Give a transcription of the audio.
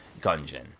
gungeon